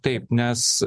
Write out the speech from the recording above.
taip nes